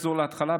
ונחזור להתחלה,